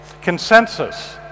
Consensus